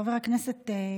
חבר הכנסת מקלב,